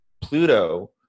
Pluto